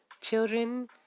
children